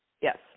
yes